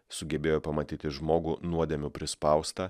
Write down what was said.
sugebėjo pamatyti žmogų nuodėmių prispaustą